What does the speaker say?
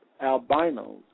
albinos